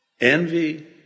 Envy